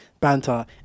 banter